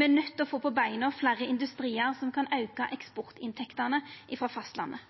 Me er nøydde til å få på beina fleire industriar som kan auka eksportinntektene frå fastlandet.